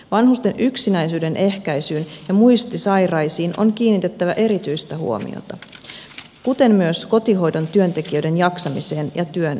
vanhusten yksinäisyyden ehkäisyyn ja muistisairaisiin on kiinnitettävä erityistä huomiota kuten myös kotihoidon työntekijöiden jaksamiseen ja työn sisältöön